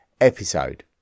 episode